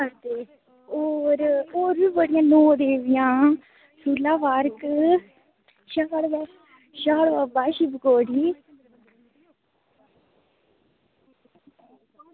होर होर बी बड़ियां नौ देवियां सूला पार्क शिवखोड़ी